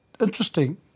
interesting